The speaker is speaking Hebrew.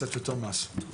קצת יותר מעשור.